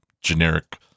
generic